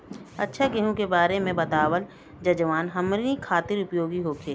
अच्छा गेहूँ के बारे में बतावल जाजवन हमनी ख़ातिर उपयोगी होखे?